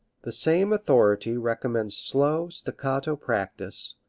the same authority recommends slow staccato practice,